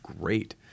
great